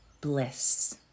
bliss